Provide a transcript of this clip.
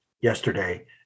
yesterday